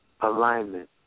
Alignment